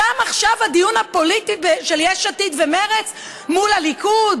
שם עכשיו הדיון הפוליטי של יש עתיד ומרצ מול הליכוד